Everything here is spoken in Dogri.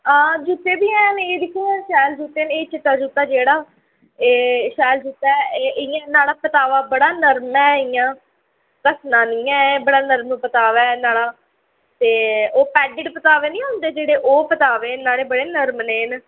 हां जुत्ते बी हैन एह् दिक्खो आं शैल जुत्ता एह् चिट्टा जुत्ता जेह्ड़ा एह् शैल जुत्ता ऐ एह् इ'यां न्हाड़ा पतावा बड़ा नर्म ऐ इ'यां घस्सना निं ऐ बड़ा नर्म पतावा ऐ न्हाड़ा ते ओह् पैडिट पतावे निं होंदे जेह्ड़े ओह् पतावे न न्हाड़े बड़े नर्म नेह् न